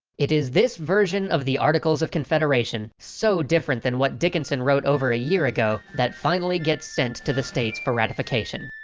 it is this version of the articles of confederation, so different from what dickinson wrote over a year ago that finally gets sent to the states for ratification.